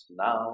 now